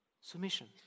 Submission